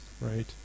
right